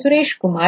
Sureshkumar